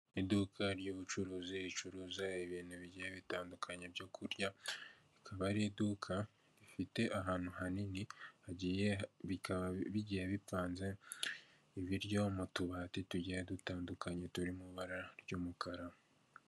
Iduka ry'ubucuruzi ricuruza ibintu bigiye bitandukanye byo kurya, akaba ari iduka rifite ahantu hanini, bikaba bigiye bipanze ibiryo mu tubati tugiye dutandukanye turi mu ibara ry'umukara.